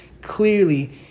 clearly